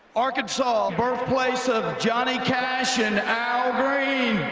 arkansas birthplace of johnny cash and al green.